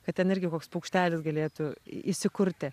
kad ten irgi koks paukštelis galėtų įsikurti